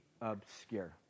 obscure